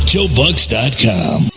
JoeBucks.com